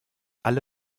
alle